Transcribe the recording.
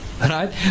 Right